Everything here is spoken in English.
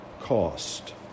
Cost